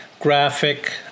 graphic